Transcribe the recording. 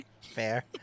fair